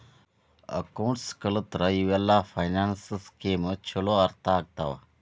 accounts ಕಲತ್ರ ಇವೆಲ್ಲ finance scheme ಚೊಲೋ ಅರ್ಥ ಆಗ್ತವಾ